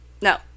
No